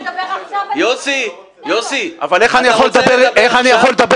אם אתה תדבר עכשיו אני --- אבל איך אני יכול לדבר